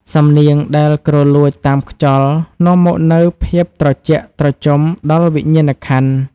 សំនៀងដែលគ្រលួចតាមខ្យល់ នាំមកនូវភាពត្រជាក់ត្រជុំដល់វិញ្ញាណក្ខន្ធ។